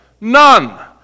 None